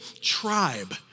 tribe